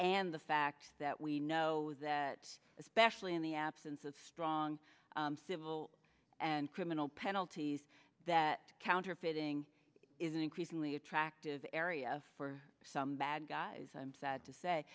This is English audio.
and the fact that we know that especially in the absence of strong civil and criminal penalties that counterfeiting is an increasingly attractive area for some bad guys i'm sad to